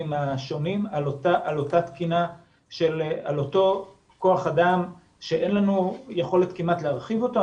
השונים על אותו כוח אדם שאין לנו יכולת כמעט להרחיב אותו.